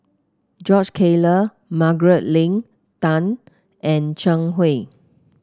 George Collyer Margaret Leng Tan and Zhang Hui